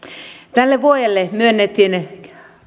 tälle vuodelle myönnettiin